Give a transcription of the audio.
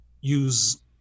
use